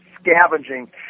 scavenging